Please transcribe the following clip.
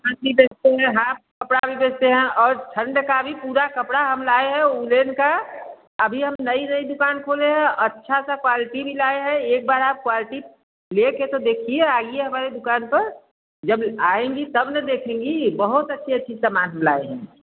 हाँ जी गर्मी का हाफ कपड़ा भी बेचते हैं और ठंड का भी पूरा कपड़ा हम लाए हैं ऊलेन का अभी हम नई नई दुकान खोले हैं अच्छा सा क्वालटी भी लाए हैं एक बार आप क्वालटी लेकर तो देखिए आइए हमारी दुकान पर जब आएँगी तब ना देखेंगी बहुत अच्छी अच्छी समान हम लाए हैं